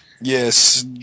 Yes